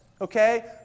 okay